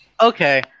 Okay